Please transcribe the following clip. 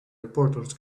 reporters